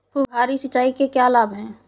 फुहारी सिंचाई के क्या लाभ हैं?